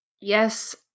Yes